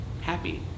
happy